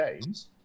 games